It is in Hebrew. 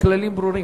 הכללים ברורים.